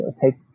take